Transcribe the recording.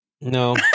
no